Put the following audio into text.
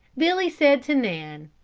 billy said to nan